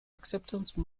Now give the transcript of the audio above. acceptance